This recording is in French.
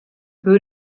peu